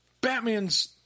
Batman's